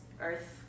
earth